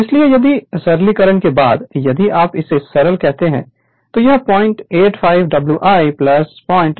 इसलिए यदि सरलीकरण के बाद यदि आप इसे सरल करते हैं तो यह 085 Wi 0985 Wc 1200 होगा यह समीकरण 1 है